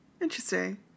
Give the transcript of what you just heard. Interesting